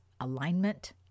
alignment